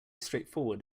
straightforward